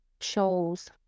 shows